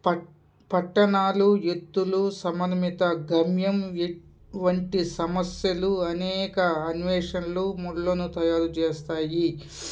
పట్ట పట్టణాలు ఎత్తులు సమన్విత గమ్యం వంటి సమస్యలు అనేక అన్వేషణలు ముళ్లను తయారు చేేస్తాయి